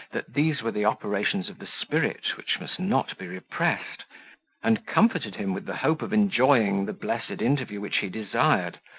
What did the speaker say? that these were the operations of the spirit, which must not be repressed and comforted him with the hope of enjoying the blessed interview which he desired,